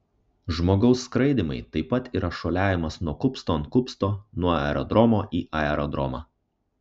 žmogaus skraidymai taip pat yra šuoliavimas nuo kupsto ant kupsto nuo aerodromo į aerodromą